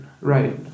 Right